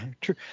True